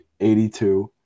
82